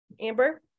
Amber